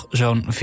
zo'n